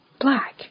black